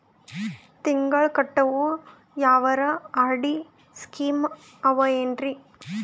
ತಿಂಗಳ ಕಟ್ಟವು ಯಾವರ ಆರ್.ಡಿ ಸ್ಕೀಮ ಆವ ಏನ್ರಿ?